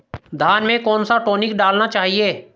धान में कौन सा टॉनिक डालना चाहिए?